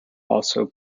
also